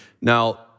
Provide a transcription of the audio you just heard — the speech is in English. Now